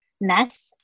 mess